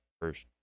first